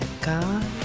god